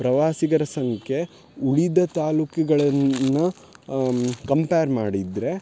ಪ್ರವಾಸಿಗರ ಸಂಖ್ಯೆ ಉಳಿದ ತಾಲೂಕಿಗಳನ್ನು ಕಂಪ್ಯಾರ್ ಮಾಡಿದರೆ